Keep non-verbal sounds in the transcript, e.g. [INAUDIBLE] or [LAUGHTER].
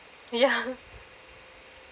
ya [LAUGHS]